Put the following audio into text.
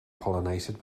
pollinated